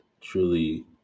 truly